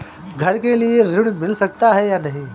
घर के लिए ऋण मिल सकता है या नहीं?